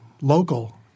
local